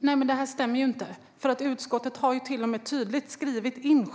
Herr talman! Det stämmer ju inte. Utskottet självt har tydligt skrivit in